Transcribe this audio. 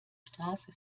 straße